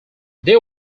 they